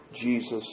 Jesus